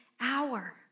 hour